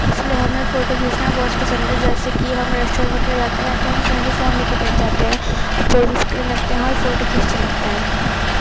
اس لیے ہمیں فوٹو کھینچنا بہت پسند ہے جیسے کہ ہم ریسٹورنٹ وغیرہ جاتے ہیں تو ہم کہیں بھی فون لے کر بیٹھ جاتے ہیں پوزز کرنے لگتے ہیں اور فوٹو کھینچنے لگتے ہیں